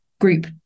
group